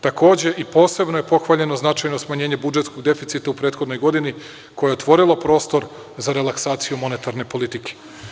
Takođe, posebno je pohvaljeno značajno smanjenje budžetskog deficita u prethodnoj godini koje je otvorilo prostor za relaksaciju monetarne politike.